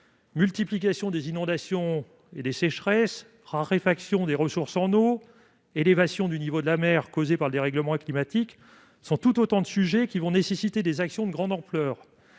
multiplication des inondations et des sécheresses, raréfaction des ressources en eau, élévation du niveau de la mer en raison du dérèglement climatique, etc. Ce sont là autant de sujets qui vont nécessiter des actions de grande ampleur.